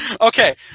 okay